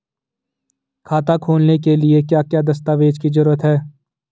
खाता खोलने के लिए क्या क्या दस्तावेज़ की जरूरत है?